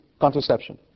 Contraception